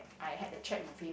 I had a check with him